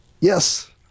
Yes